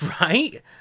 Right